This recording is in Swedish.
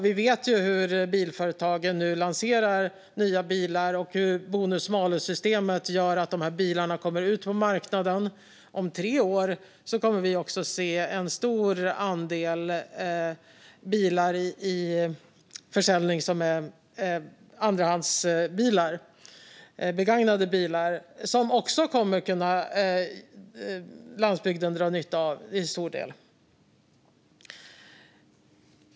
Vi vet att bilföretagen nu lanserar nya bilar, och bonus malus-systemet gör att de bilarna kommer ut på marknaden. Om tre år kommer också en stor andel av bilarna som säljs att vara andrahandsbilar, begagnade bilar, vilket människor på landsbygden också kommer att kunna dra nytta av till stor del.